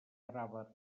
fra